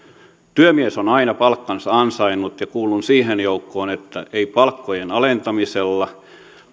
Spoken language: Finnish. työmies on aina palkkansa ansainnut ja kuulun siihen joukkoon että ei palkkojen alentamisella